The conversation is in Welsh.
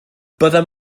byddem